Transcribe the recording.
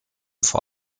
vor